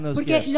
porque